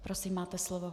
Prosím, máte slovo.